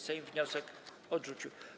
Sejm wniosek odrzucił.